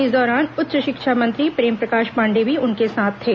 इस दौरान उच्च शिक्षा मंत्री प्रेमप्रकाश पांडेय भी उनके साथ थे